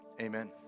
Amen